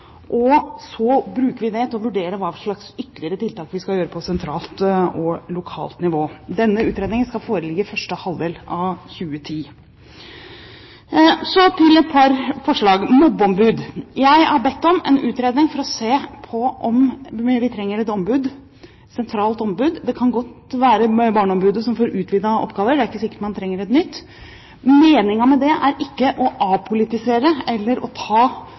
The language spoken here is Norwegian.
og så bruker vi det til å vurdere hva slags ytterligere tiltak vi skal gjøre på sentralt og lokalt nivå. Denne utredningen skal foreligge første halvdel av 2010. Så til forslaget om mobbeombud: Jeg har bedt om en utredning for å se på om vi trenger et sentralt ombud. Det kan godt være barneombudet som får utvidete oppgaver, det er ikke sikkert vi trenger et nytt. Meningen med det er ikke å avpolitisere eller å ta